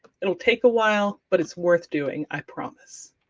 it will take a while, but it's worth doing, i promise.